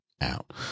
out